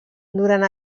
durant